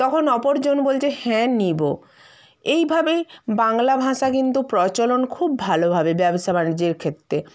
তখন অপরজন বলছে হ্যাঁ নিবো এইভাবেই বাংলা ভাষা কিন্তু প্রচলন খুব ভালোভাবে ব্যবসা বাণিজ্যের ক্ষেত্তে